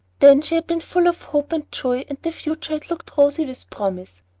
then she had been full of hope and joy and the future had looked rosy with promise.